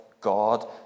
God